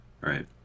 right